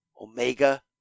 Omega